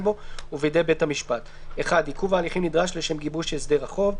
בו ובידי בית המשפט: (1)עיכוב ההליכים נדרש לשם גיבוש הסדר החוב,